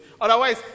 Otherwise